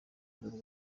bwe